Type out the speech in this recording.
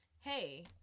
hey